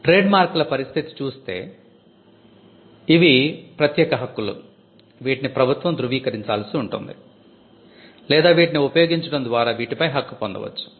trade mark ల పరిస్థితి చూస్తే ట్రేడ్ మార్క్ లు అనేవి ప్రత్యేక హక్కులు వీటిని ప్రభుత్వం ధృవీకరించాల్సి ఉంటుంది లేదా వీటిని ఉపయోగించడం ద్వారా వీటిపై హక్కు పొందవచ్చు